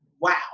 wow